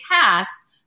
cast